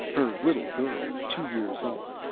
her little girl, two years old.